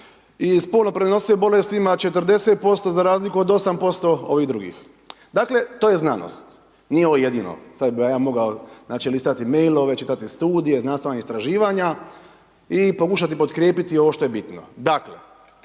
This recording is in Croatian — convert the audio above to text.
i spolno prenosive bolesti ima 40% za razliku od 8% ovi drugih. Dakle, to je znanost, nije ovo jedino, sada bi vam ja mogao znači listati mailove, čitati studije, znanstvena istraživanja i pokušati podkrijepiti ovo što je bitno.